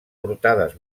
portades